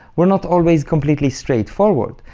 were not always completely straightforward,